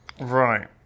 Right